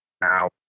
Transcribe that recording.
Now